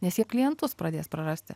nes jie klientus pradės prarasti